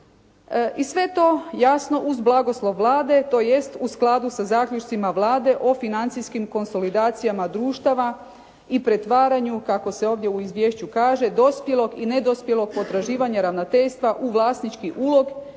i sve to jasno uz blagoslov Vlade, tj. u skladu sa zaključcima Vlade o financijskim konsolidacijama društava i pretvaranju kako se ovdje u izvješću kaže dospjelog i nedospjelog potraživanja Ravnateljstva u vlasnički ulog